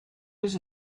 was